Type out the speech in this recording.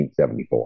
1974